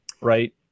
right